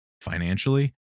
financially